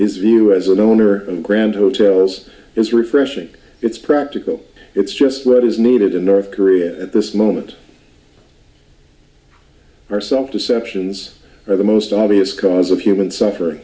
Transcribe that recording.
his view as an owner of grand hotels is refreshing it's practical it's just what is needed in north korea at this moment are self deceptions are the most obvious cause of human suffering